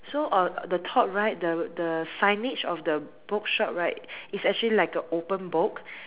so uh the top right the the signage of the book shop right is actually like a open book